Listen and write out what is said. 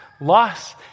loss